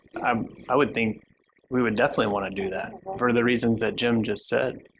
um i would think we would definitely want to do that for the reasons that jim just said.